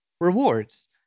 rewards